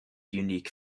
unique